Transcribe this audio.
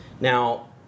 Now